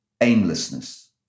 aimlessness